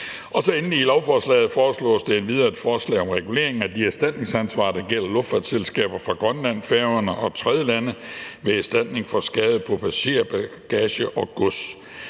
er der i lovforslaget endvidere et forslag om reguleringen af de erstatningsansvar, der gælder luftfartsselskaber fra Grønland, Færøerne og tredjelande ved erstatning for skader på passagerer, bagage og gods.